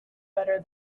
better